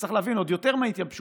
וצריך להבין שזה עוד יותר מההתייבשות,